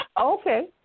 Okay